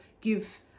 give